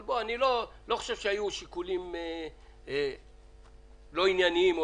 אבל אני לא חושב שהיו שיקולים לא ענייניים.